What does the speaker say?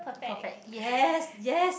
perfect yes yes